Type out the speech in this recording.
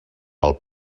pel